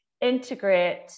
integrate